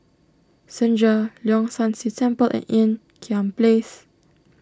Senja Leong San See Temple and Ean Kiam Place